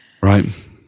Right